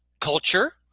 culture